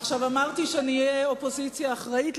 אמרתי שנהיה אופוזיציה אחראית.